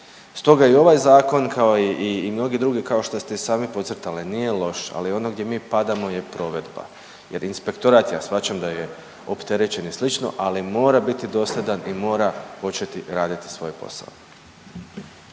Stoga i ovaj zakon kao i mnogi drugi kao što ste i sami podcrtali nije loš, ali ono gdje mi padamo je provedba jer inspektorat, ja shvaćam da je opterećen i slično ali mora biti dosljedan i mora početi raditi svoj posao.